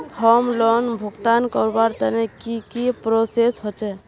Home loan भुगतान करवार तने की की प्रोसेस होचे?